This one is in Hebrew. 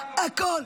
הכול.